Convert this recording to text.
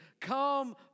Come